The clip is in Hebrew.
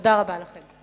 תודה רבה לכם.